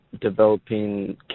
developing